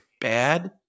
bad